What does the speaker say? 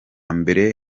mbere